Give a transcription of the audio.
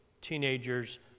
teenagers